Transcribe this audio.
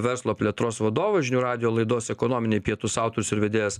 verslo plėtros vadovas žinių radijo laidos ekonominiai pietūs autorius ir vedėjas